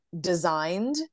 designed